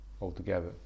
altogether